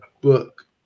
book